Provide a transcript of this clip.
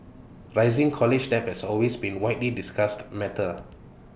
rising college debt has always been widely discussed matter